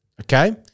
okay